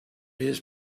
his